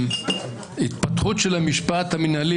ההתפתחות של המשפט המינהלי,